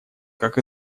как